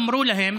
אמרו להם,